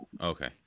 Okay